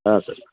ಹಾಂ ಸರ್